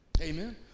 Amen